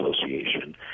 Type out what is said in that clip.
Association